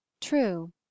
true